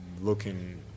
looking